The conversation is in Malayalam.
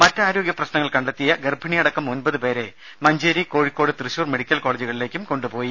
മറ്റ് ആരോഗ്യപ്രശ്നങ്ങൾ കണ്ടെത്തിയ ഗർഭിണിയടക്കം ഒൻപത് പേരെ മഞ്ചേരി കോഴിക്കോട് തൃശൂർ മെഡിക്കൽ കോളജുകളിലേക്ക് കൊണ്ടുപോയി